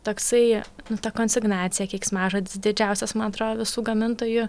toksai nu ta konsignaciją keiksmažodis didžiausias man atrodo didžiausias visų gamintojų